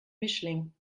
mischling